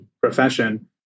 profession